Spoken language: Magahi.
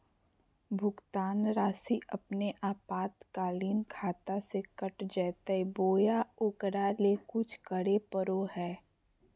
भुक्तान रासि अपने आपातकालीन खाता से कट जैतैय बोया ओकरा ले कुछ करे परो है?